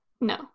No